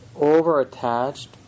over-attached